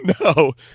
No